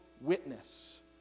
witness